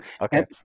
Okay